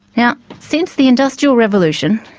now, since the industrial revolution,